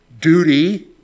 duty